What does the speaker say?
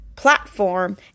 platform